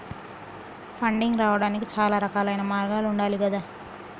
funding రావడానికి చాలా రకాలైన మార్గాలు ఉండాలి గదా